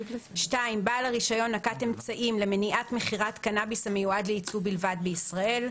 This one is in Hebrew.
בעל הרישיון נקט אמצעים למניעת מכירת קנאביס המיועד לייצוא בלבד בישראל.